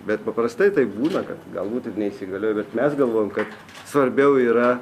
bet paprastai taip būna kad galbūt ir neįsigaliojo bet mes galvojam kad svarbiau yra